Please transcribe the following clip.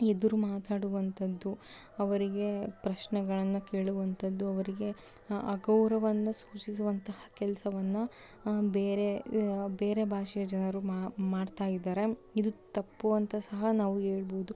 ಎದುರು ಮಾತಾಡುವಂಥದ್ದು ಅವರಿಗೆ ಪ್ರಶ್ನೆಗಳನ್ನು ಕೇಳುವಂಥದ್ದು ಅವರಿಗೆ ಅಗೌರವವನ್ನ ಸೂಚಿಸುವಂತಹ ಕೆಲಸವನ್ನ ಬೇರೆ ಬೇರೆ ಭಾಷೆಯ ಜನರು ಮಾ ಮಾಡ್ತಾಯಿದ್ದಾರೆ ಇದು ತಪ್ಪು ಅಂತ ಸಹ ನಾವು ಹೇಳ್ಬೋದು